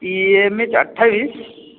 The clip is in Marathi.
येम एच अठ्ठावीस